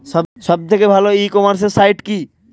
সব থেকে ভালো ই কমার্সে সাইট কী?